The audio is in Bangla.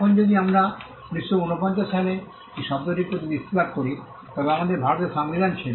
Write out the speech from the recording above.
এখন যদি আমরা 1949 সালে এই শব্দটির প্রতি দৃষ্টিপাত করি তবে আমাদের ভারতের সংবিধান ছিল